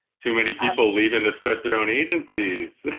too many people leaving to start their own agencies.